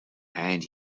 and